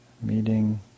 Meeting